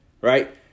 right